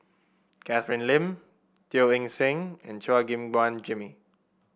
Catherine Lim Teo Eng Seng and Chua Gim Guan Jimmy